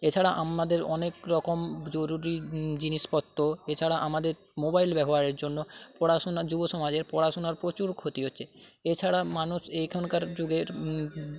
এছাড়া আমাদের অনেকরকম জরুরি জিনিসপত্র এছাড়া আমাদের মোবাইল ব্যবহারের জন্য পড়াশুনা যুবসমাজের পড়াশুনার প্রচুর ক্ষতি হচ্ছে এছাড়া মানুষ এইখানকার যুগের